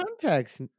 context